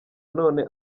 none